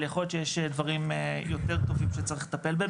אבל יכול להיות שיש דברים יותר טובים שצריך לטפל בהם.